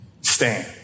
stand